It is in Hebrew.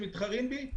שמתחרים בי,